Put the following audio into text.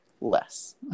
less